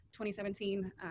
2017